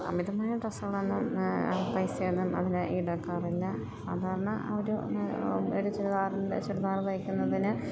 അമിതമായ ഡ്രസ്സുകളൊന്നും പൈസയൊന്നും അതിന് ഈടാക്കാറില്ല സാധാരണ ഒരു ഒരു ചുരിദാറിൻ്റെ ചുരിദാറ് തയ്ക്കുന്നതിന്